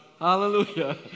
Hallelujah